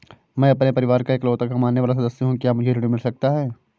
मैं अपने परिवार का इकलौता कमाने वाला सदस्य हूँ क्या मुझे ऋण मिल सकता है?